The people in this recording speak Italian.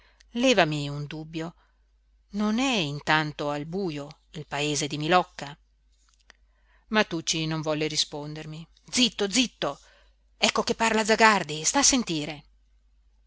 levami un dubbio non è intanto al bujo il paese di milocca ma tucci non volle rispondermi zitto zitto ecco che parla zagardi sta a sentire